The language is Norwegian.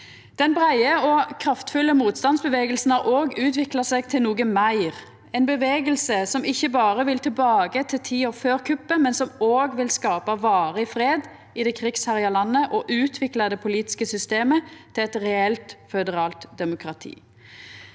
Den breie og kraftfulle motstandsbevegelsen har òg utvikla seg til noko meir, ein bevegelse som ikkje berre vil tilbake til tida før kuppet, men som òg vil skapa varig fred i det krigsherja landet og utvikla det politiske systemet til eit reelt føderalt demokrati.